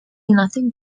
nothing